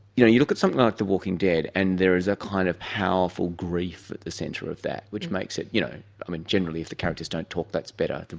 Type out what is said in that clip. you know you look at something like the walking dead and there is a kind of powerful grief at the centre of that which makes it, you know i mean, generally if the characters don't talk, that's better.